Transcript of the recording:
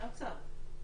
מהאוצר.